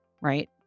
right